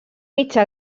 mitja